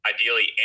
Ideally